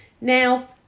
Now